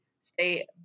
stay